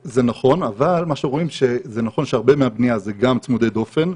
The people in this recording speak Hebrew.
זה נכון שהרבה מהבנייה היא גם צמודי דופן,